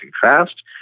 fast